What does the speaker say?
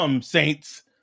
Saints